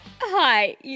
Hi